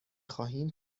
خواهیم